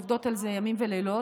עובדות על זה ימים ולילות.